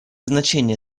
значение